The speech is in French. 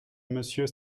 monsieur